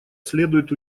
следует